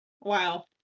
Wow